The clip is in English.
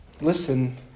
Listen